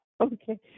Okay